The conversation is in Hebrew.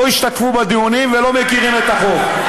השתתפו בדיונים ולא מכירים את החוק,